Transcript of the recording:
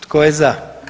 Tko je za?